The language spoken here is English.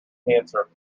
cancer